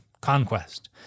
conquest